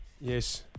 Yes